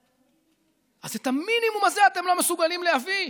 אז את המינימום הזה אתם לא מסוגלים להביא?